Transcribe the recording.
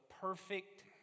perfect